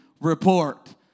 report